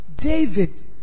David